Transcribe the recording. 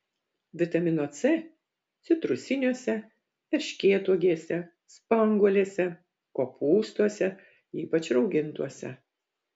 vitamino c citrusiniuose erškėtuogėse spanguolėse kopūstuose ypač raugintuose